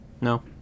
No